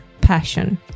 passion